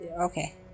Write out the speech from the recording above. Okay